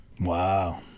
Wow